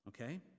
Okay